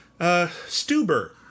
Stuber